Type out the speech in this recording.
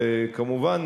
וכמובן,